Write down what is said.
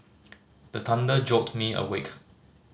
the thunder jolt me awake